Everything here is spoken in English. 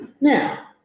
Now